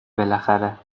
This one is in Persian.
بالاخره